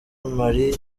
marie